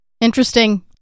Interesting